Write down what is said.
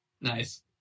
Nice